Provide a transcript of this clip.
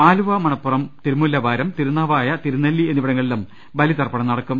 ആലുവാ മണപ്പുറം തിരമുല്ലവാരം തിരുനാവായ തിരുനെല്ലി എന്നിവിടങ്ങളിലും ബലിതർപ്പണം നടക്കും